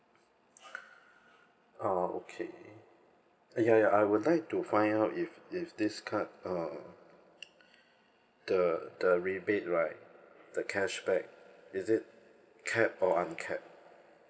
oh okay ya I would like to find out if if this card uh the the rebate right the cashback is it capped on uncapped